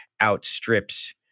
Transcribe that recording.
outstrips